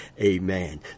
Amen